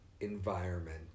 environment